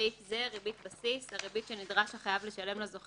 "ריבית בסיס" הריבית שנדרש החייב לשלם לזוכה